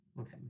Okay